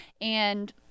And-